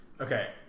Okay